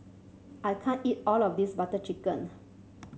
I can't eat all of this Butter Chicken